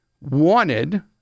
wanted